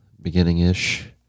Beginning-ish